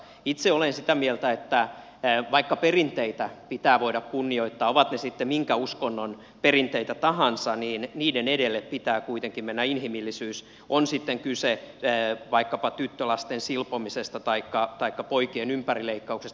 itse olen sitä mieltä että vaikka perinteitä pitää voida kunnioittaa ovat ne sitten minkä uskonnon perinteitä tahansa niin niiden edelle pitää kuitenkin mennä inhimillisyys on sitten kyse vaikkapa tyttölasten silpomisesta taikka poikien ympärileikkauksesta